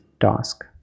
task